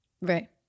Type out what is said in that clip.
right